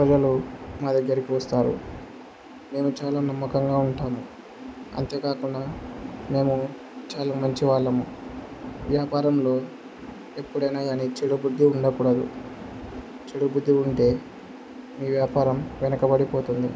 ప్రజలు మా దగ్గరికి వస్తారు మేము చాలా నమ్మకంగా ఉంటాము అంతేకాకుండా మేము చాలా మంచి వాళ్ళము వ్యాపారంలో ఎప్పుడైనాయని చెడుబుద్ధి ఉండకూడదు చెడుబుద్ధి ఉంటే మీ వ్యాపారం వెనకబడిపోతుంది